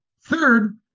Third